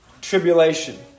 tribulation